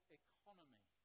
economy